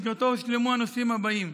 ובמסגרתו הושלמו הנושאים האלה: